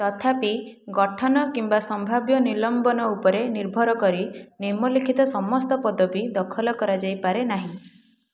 ତଥାପି ଗଠନ କିମ୍ବା ସମ୍ଭାବ୍ୟ ନିଲମ୍ବନ ଉପରେ ନିର୍ଭର କରି ନିମ୍ନଲିଖିତ ସମସ୍ତ ପଦବୀ ଦଖଲ କରାଯାଇପାରେନାହିଁ